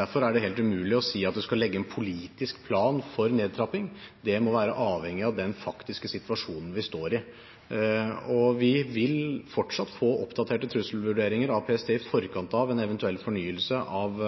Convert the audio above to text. Derfor er det helt umulig å si at man skal legge en politisk plan for nedtrapping. Det må være avhengig av den faktiske situasjonen vi står i. Og vi vil fortsatt få oppdaterte trusselvurderinger av PST i forkant av en eventuell fornyelse av